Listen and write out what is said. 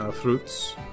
fruits